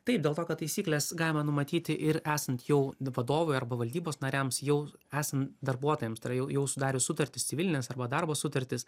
taip dėl to kad taisykles galima numatyti ir esant jau vadovui arba valdybos nariams jau esant darbuotojam tai yra jau jau sudarius sutartis civilines arba darbo sutartis